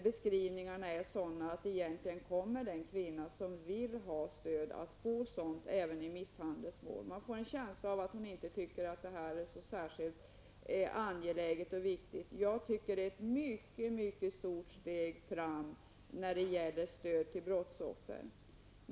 Bestämmelserna är sådana att den kvinna som vill ha stöd kommer att få det även i misshandelsmål. Man får en känsla av att Sigrid Bolkéus inte anser att detta är särskilt angeläget. Jag anser att det är ett mycket stort steg framåt när det gäller stöd till brottsoffer.